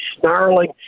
snarling